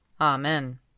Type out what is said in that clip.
Amen